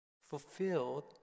fulfilled